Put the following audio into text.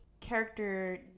character